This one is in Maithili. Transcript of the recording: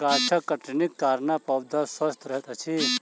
गाछक छटनीक कारणेँ पौधा स्वस्थ रहैत अछि